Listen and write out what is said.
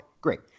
great